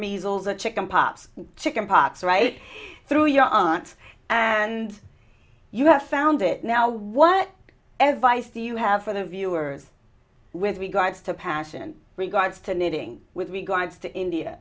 measles or chicken pox chicken pox right through your aunts and you have found it now what ever ice t you have for the viewers with regards to pass in regards to knitting with regards to india